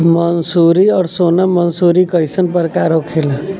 मंसूरी और सोनम मंसूरी कैसन प्रकार होखे ला?